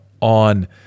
on